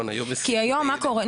מה קורה היום?